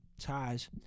ties